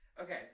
Okay